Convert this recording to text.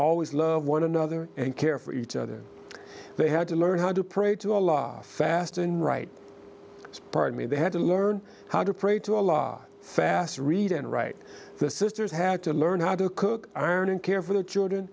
always love one another and care for each other they had to learn how to pray to a law fast and right pardon me they had to learn how to pray to a law fast read and write the sisters had to learn how to cook iron and care for the children